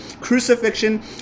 Crucifixion